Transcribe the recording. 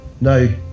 no